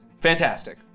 Fantastic